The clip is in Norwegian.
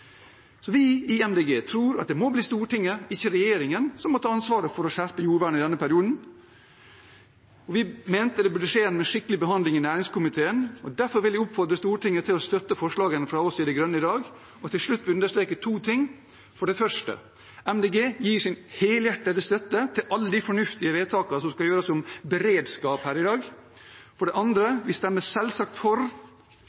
Vi i Miljøpartiet De Grønne tror at det må bli Stortinget, ikke regjeringen, som må ta ansvaret for å skjerpe jordvernet i denne perioden, og vi mente det burde skje gjennom en skikkelig behandling i næringskomiteen. Derfor vil jeg oppfordre Stortinget til å støtte forslagene fra oss i De Grønne i dag. Til slutt vil jeg understreke to ting: For det første: Miljøpartiet De Grønne gir sin helhjertede støtte til alle de fornuftige forslagene i dag som gjelder beredskap. For det andre: Vi stemmer selvsagt for